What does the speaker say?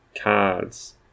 cards